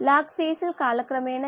ഇതാണ് ഇവിടെ നമ്മുടെ മാസ് ബാലൻസ്